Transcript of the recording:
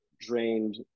drained